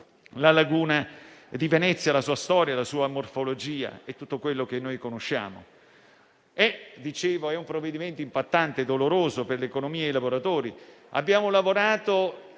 la laguna di Venezia, la sua storia, la sua morfologia e tutto quello che conosciamo. Come dicevo, è un provvedimento impattante e doloroso per l'economia e per i lavoratori. Abbiamo lavorato